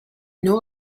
know